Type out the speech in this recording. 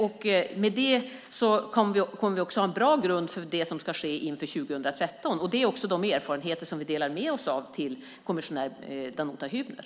På så sätt kommer vi att ha en bra grund för det som ska ske inför 2013. Det är de erfarenheter som vi delar med oss av till kommissionär Danuta Hübner.